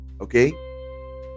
Okay